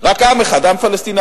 רק עם אחד, עם פלסטיני.